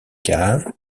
caves